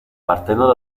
partendo